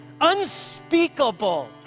Unspeakable